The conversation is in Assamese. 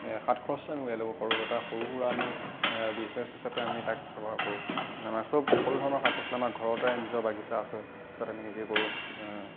হাত খৰচে আমি ওলিয়াই ল'ব পাৰোঁ এটা সৰু সুৰা আমি বিজনেছ হিচাপে আমি তাক ব্যৱহাৰ কৰোঁ আমাৰ সব সকলো ধৰণৰ শাক পাচলি আমাৰ ঘৰতে নিজৰ বাগিচা আছে তাত আমি নিজে কৰোঁ